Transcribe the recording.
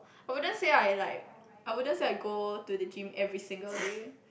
I wouldn't say I like I wouldn't say I go to the gym every single day